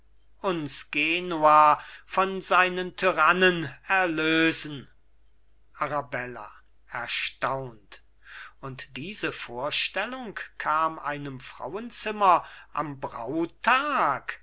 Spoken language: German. uns genua von seinen tyrannen erlösen arabella erstaunt und diese vorstellung kam einem frauenzimmer am